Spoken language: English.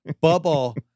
bubble